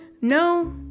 No